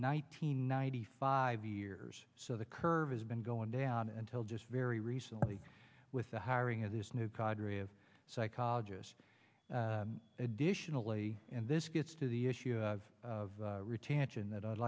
hundred ninety five years so the curve has been going down until just very recently with the hiring of this new cadre of psychologists additionally and this gets to the issue of retention that i'd